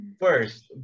first